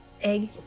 egg